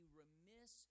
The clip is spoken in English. remiss